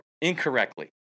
incorrectly